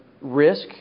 risk